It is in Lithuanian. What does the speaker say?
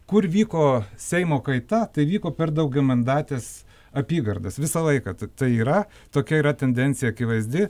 kur vyko seimo kaita tai vyko per daugiamandates apygardas visą laiką t tai yra tokia yra tendencija akivaizdi